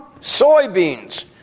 Soybeans